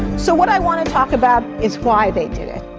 so what i want to talk about is why they did it.